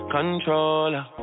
Controller